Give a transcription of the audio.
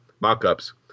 mock-ups